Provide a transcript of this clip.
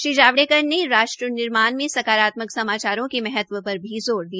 श्री जावड़ेकर ने राष्ट्र निर्माण में सकारात्मक समाचारों के महत्व पर भी ज़ोर दिया